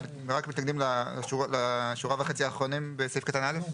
אתם מתנגדים רק לשורה וחצי האחרונות בסעיף קטן (א)?